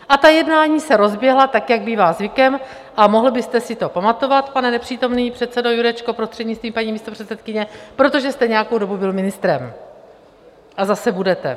A ta jednání se rozběhla, jak bývá zvykem, a mohl byste si to pamatovat, pane nepřítomný předsedo Jurečko, prostřednictvím paní místopředsedkyně, protože jste nějakou dobu byl ministrem a zase budete.